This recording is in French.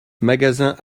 magasin